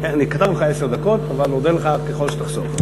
כתבנו לך עשר דקות, אבל אודה לך ככל שתחסוך.